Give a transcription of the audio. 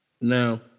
now